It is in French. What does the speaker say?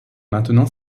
maintenant